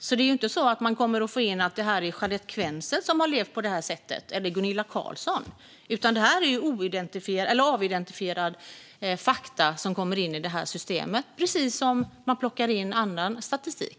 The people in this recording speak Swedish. Det är alltså inte så att man kommer att få in uppgifter om hur Charlotte Quensel eller Gunilla Carlsson har levt, utan det är avidentifierade fakta som kommer in i systemet, precis som man plockar in annan statistik.